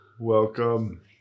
Welcome